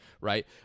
right